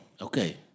Okay